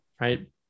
right